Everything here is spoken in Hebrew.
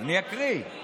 אני אקריא.